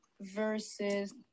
versus